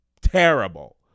terrible